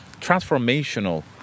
transformational